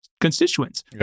constituents